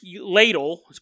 ladle